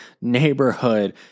neighborhood